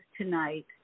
tonight